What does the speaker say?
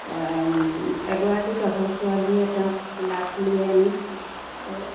এগৰাকী গাভৰু ছোৱালীয়ে তেওঁক কোলাত লৈ আনি